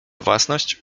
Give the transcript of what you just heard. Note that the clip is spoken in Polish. własność